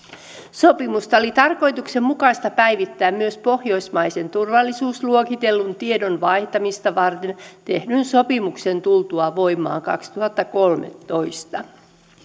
sopimusta oli tarkoituksenmukaista päivittää myös pohjoismaisen turvallisuusluokitellun tiedon vaihtamista varten tehdyn sopimuksen tultua voimaan kaksituhattakolmetoista